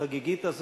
החגיגית,